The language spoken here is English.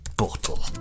bottle